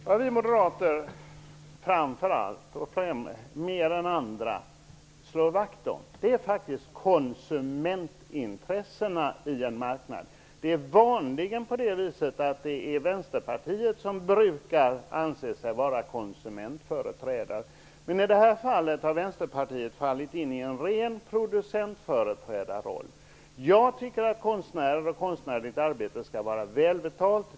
Herr talman! Det som vi moderater framför allt och mer än andra slår vakt om är faktiskt konsumentintressena på en marknad. Det är vanligen Vänsterpartiet som uppträder som konsumentföreträdare, men i det här fallet har Vänsterpartiet fallit in i en ren producentföreträdarroll. Jag tycker att konstnärligt arbete skall vara välbetalt.